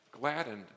gladdened